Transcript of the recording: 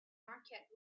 market